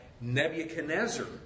Nebuchadnezzar